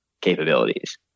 capabilities